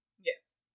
Yes